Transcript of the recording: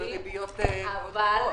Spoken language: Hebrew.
בריביות גבוהות.